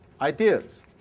ideas